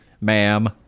Ma'am